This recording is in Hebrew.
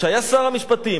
שהיה שר המשפטים,